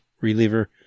reliever